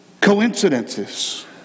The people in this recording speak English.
coincidences